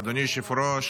אדוני היושב-ראש,